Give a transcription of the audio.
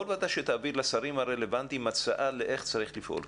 כל ועדה תעביר לשרים הרלוונטיים הצעה איך צריך לפעול.